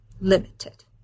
limited